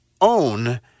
own